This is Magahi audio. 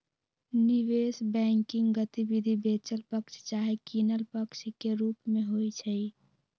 निवेश बैंकिंग गतिविधि बेचल पक्ष चाहे किनल पक्ष के रूप में होइ छइ